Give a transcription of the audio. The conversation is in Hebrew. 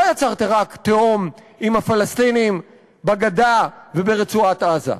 לא יצרתם רק תהום מול הפלסטינים בגדה וברצועת-עזה,